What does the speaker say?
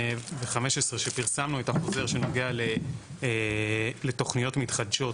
כשפרסמנו את החוזר שנוגע לתוכניות מתחדשות,